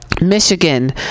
Michigan